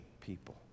people